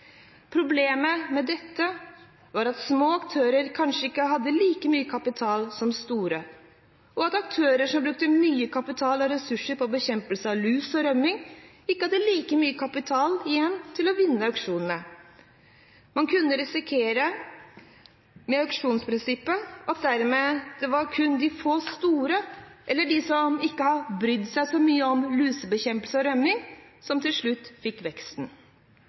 Problemet med dette var at små aktører kanskje ikke hadde like mye kapital som store, og at aktører som brukte mye kapital og ressurser på bekjempelse av lus og rømning, ikke hadde like mye kapital igjen til å vinne auksjoner. Med auksjonsprinsippet kunne man dermed risikere at det kun var de få store eller de som ikke hadde brydd seg så mye om lusebekjempelse og rømning, som til slutt fikk veksten.